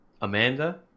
Amanda